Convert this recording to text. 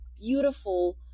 beautiful